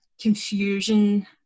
confusion